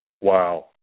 Wow